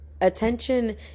Attention